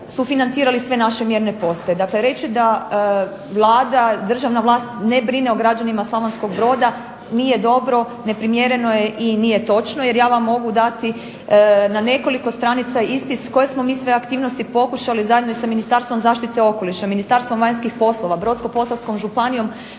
sufinancirali sve naše mjerne postaje. Dakle, reći da Vlada, državna vlast ne brine o građanima Slavonskog Broda nije dobro, neprimjereno je i nije točno jer ja vam mogu dati na nekoliko stranica ispis koje smo mi sve aktivnosti pokušali zajedno sa Ministarstvom zaštite okoliše, Ministarstvom vanjskih poslova, Brodsko-posavskom županijom